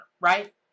right